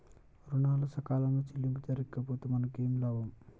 ఋణాలు సకాలంలో చెల్లింపు జరిగితే మనకు ఏమి లాభం?